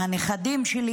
מהנכדים שלי,